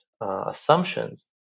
assumptions